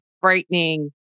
frightening